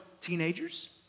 teenagers